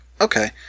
Okay